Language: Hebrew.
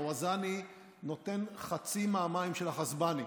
הווזאני נותן חצי מהמים של החצבאני.